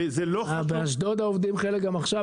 וזה לא --- באשדוד העובדים חלק גם עכשיו,